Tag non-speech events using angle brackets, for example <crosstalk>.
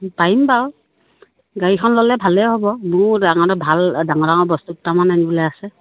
পাৰিম বাৰু গাড়ীখন ল'লে ভালেই হ'ব মোৰো <unintelligible> ভাল ডাঙৰ ডাঙৰ বস্তু দুটামান আনিবলে আছে